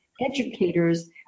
educators